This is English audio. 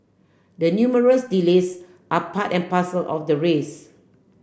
the numerous delays are part and parcel of the race